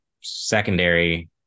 secondary –